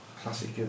Classic